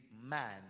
man